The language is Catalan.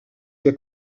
que